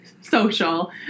social